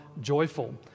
joyful